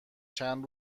چند